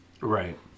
right